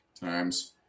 times